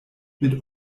mit